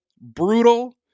brutal